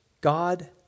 God